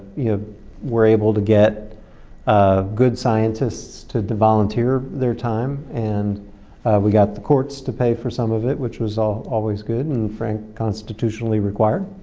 you know were able to get ah good scientists to to volunteer their time and we got the courts to pay for some of it which was ah always good and frank constitutionally required.